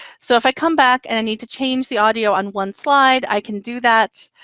so if i come back and i need to change the audio on one slide, i can do that.